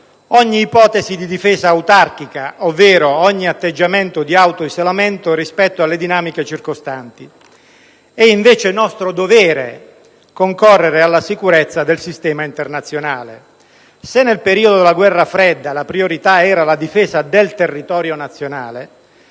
ogni ipotesi di difesa autarchica ovvero ogni atteggiamento di autoisolamento rispetto alle dinamiche circostanti. È invece nostro dovere concorrere alla sicurezza del sistema internazionale. Se nel periodo della guerra fredda la priorità era la difesa del territorio nazionale,